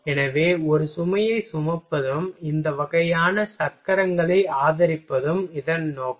எனவே ஒரு சுமையைச் சுமப்பதும் இந்த வகையான சக்கரங்களை ஆதரிப்பதும் இதன் நோக்கம்